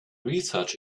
research